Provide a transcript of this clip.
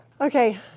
Okay